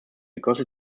because